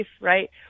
right